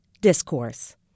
Discourse